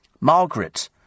Margaret